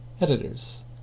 editors